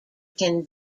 can